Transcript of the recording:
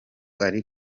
ari